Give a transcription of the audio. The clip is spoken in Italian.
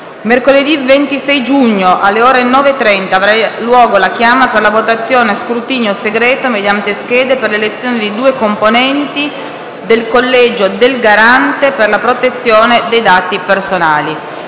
Mercoledì 26 giugno, alle ore 9,30, avrà luogo la chiama per la votazione a scrutinio segreto mediante schede per l'elezione di due componenti del Collegio del Garante per la protezione dei dati personali.